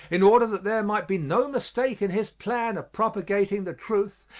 in order that there might be no mistake in his plan of propagating the truth,